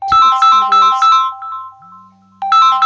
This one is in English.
experience